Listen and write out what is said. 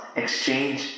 exchange